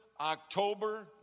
October